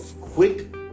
quick